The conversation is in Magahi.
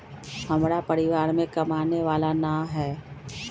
हमरा परिवार में कमाने वाला ना है?